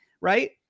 right